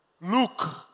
Look